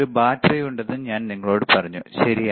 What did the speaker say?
ഒരു ബാറ്ററിയുണ്ടെന്ന് ഞാൻ നിങ്ങളോട് പറഞ്ഞു ശരിയാണ്